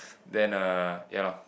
then uh ya lor